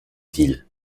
ville